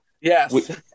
Yes